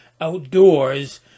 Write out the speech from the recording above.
outdoors